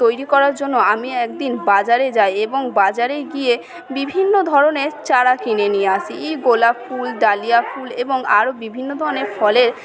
তৈরি করার জন্য আমি একদিন বাজারে যাই এবং বাজারে গিয়ে বিভিন্ন ধরণের চারা কিনে নিয়ে আসি ই গোলাপ ফুল ডালিয়া ফুল এবং আরও বিভিন্ন ধরণের ফলের